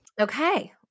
Okay